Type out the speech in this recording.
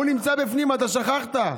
הוא נמצא בפנים, אתה שכחת.